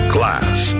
Class